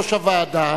ויושב-ראש הוועדה,